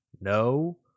No